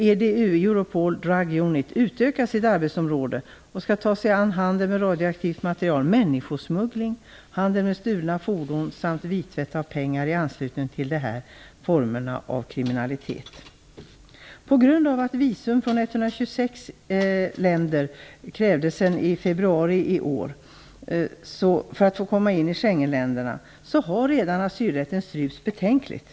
EDU, Europol Drug Unit, utökar sitt arbetsområde och skall ta sig an handeln med radioaktivt material, människosmuggling, handel med stulna fordon samt vittvätt av pengar i anslutning till de här formerna av kriminalitet. länder sedan februari i år för att de skall få komma in i Schengenländerna har asylrätten redan strypts betänkligt.